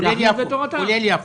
כולל יפו.